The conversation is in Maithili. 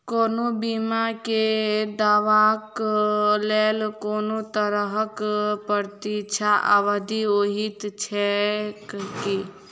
कोनो बीमा केँ दावाक लेल कोनों तरहक प्रतीक्षा अवधि होइत छैक की?